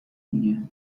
میگه